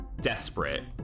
Desperate